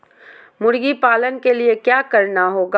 मुर्गी पालन के लिए क्या करना होगा?